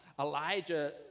elijah